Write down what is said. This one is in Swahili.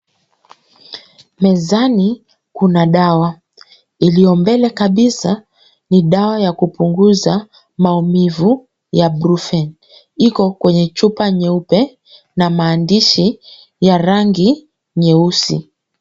Mezani kuna dawa. Iliyo mbele kabisa ni dawa ya kupunguza maumivu ya brufen . Iko kwenye chupa nyeupe na maandishi ya rangi nyeusi.